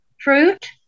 fruit